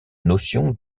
notion